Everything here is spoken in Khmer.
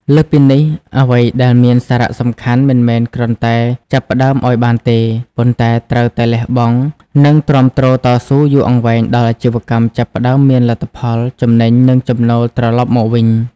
លើសពីនេះ អ្វីដែលមានសារសំខាន់មិនមែនគ្រាន់តែចាប់ផ្តើមឲ្យបានទេ ប៉ុន្តែត្រូវតែលះបង់ និងទ្រាំទ្រតស៊ូយូរអង្វែងដល់អាជីវកម្មចាប់ផ្តើមមានលទ្ធផល ចំណេញ និងចំណូលត្រឡប់មកវិញ។